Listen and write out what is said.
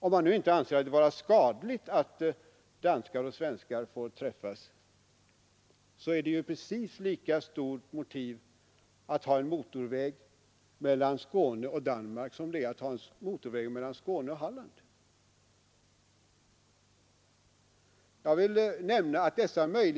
Om man nu inte anser det vara skadligt att danskar och svenskar får träffas, finns det precis lika stort motiv för att ha en motorväg mellan Skåne och Danmark som mellan Skåne och Halland.